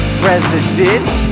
president